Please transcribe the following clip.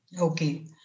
Okay